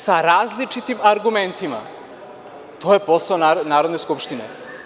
Sa različitim argumentima, to je posao Narodne skupštine.